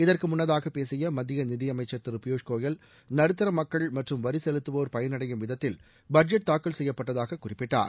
இதற்கு முன்னதாக பேசிய மத்திய நிதியமைச்சர் திரு பியூஸ்கோயல் நடுத்தர மக்கள் மற்றும் வரி செலுத்துவோர் பயன் அடையும் விதத்தில் பட்ஜெட் தாக்கல் செய்யப்பட்டதாக அவர் குறிப்பிட்டார்